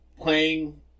playing